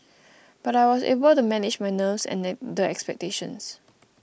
but I was able to manage my nerves and the the expectations